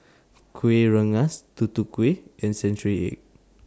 Kuih Rengas Tutu Kueh and Century Egg